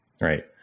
Right